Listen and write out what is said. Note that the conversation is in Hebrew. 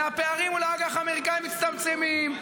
והפערים מול האג"ח האמריקאי מצטמצמים.